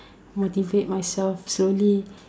motivate myself slowly